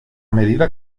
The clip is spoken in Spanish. medida